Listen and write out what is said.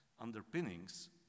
underpinnings